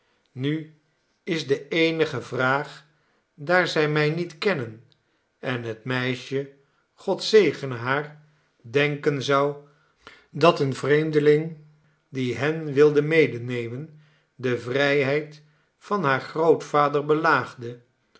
nu is de eenige vraag daar zij mij niet kennen en het meisje god zegene haar denken zou dat een vreemdeling die hen wilde medenemen de vrijheid van haar grootvader belaagde